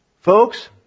Folks